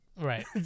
Right